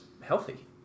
healthy